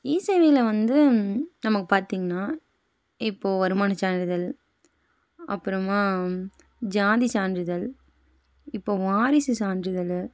இ சேவையில் வந்து நமக்கு பார்த்தீங்கன்னா இப்போ வருமான சான்றிதல் அப்புறமா ஜாதி சான்றிதல் இப்போ வாரிசு சான்றிதல்